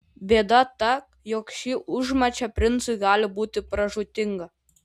bėda ta jog ši užmačia princui gali būti pražūtinga